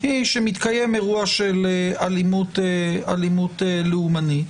שמתקיים אירוע של אלימות לאומנית,